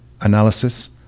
analysis